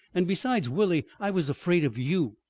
and besides, willie, i was afraid of you.